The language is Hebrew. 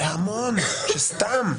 זה המון וסתם.